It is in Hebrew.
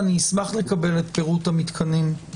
אני אשמח לקבל את פירוט המתקנים,